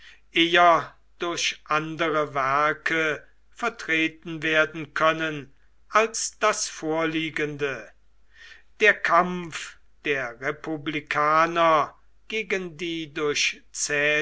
eher durch andere werke vertreten werden können als das vorliegende der kampf der republikaner gegen die durch